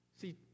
See